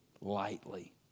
lightly